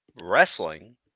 Wrestling